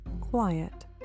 quiet